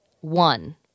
one